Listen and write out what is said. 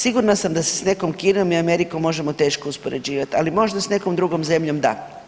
Sigurna sam da se s nekom Kinom i Amerikom možemo teško uspoređivati, ali možda s nekom drugom zemljom da.